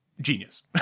genius